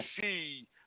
see